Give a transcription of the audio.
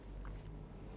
ya